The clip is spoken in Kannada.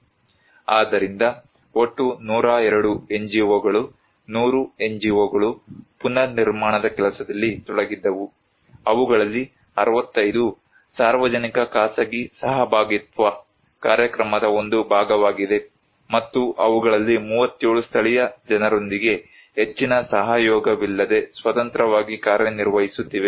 ಆದ್ದರಿಂದ ಒಟ್ಟು 102 NGO ಗಳು 100 NGO ಗಳು ಪುನರ್ನಿರ್ಮಾಣದ ಕೆಲಸದಲ್ಲಿ ತೊಡಗಿದ್ದವು ಅವುಗಳಲ್ಲಿ 65 ಸಾರ್ವಜನಿಕ ಖಾಸಗಿ ಸಹಭಾಗಿತ್ವ ಕಾರ್ಯಕ್ರಮದ ಒಂದು ಭಾಗವಾಗಿದೆ ಮತ್ತು ಅವುಗಳಲ್ಲಿ 37 ಸ್ಥಳೀಯ ಜನರೊಂದಿಗೆ ಹೆಚ್ಚಿನ ಸಹಯೋಗವಿಲ್ಲದೆ ಸ್ವತಂತ್ರವಾಗಿ ಕಾರ್ಯನಿರ್ವಹಿಸುತ್ತಿವೆ